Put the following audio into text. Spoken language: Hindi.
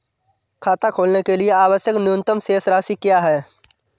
खाता खोलने के लिए आवश्यक न्यूनतम शेष राशि क्या है?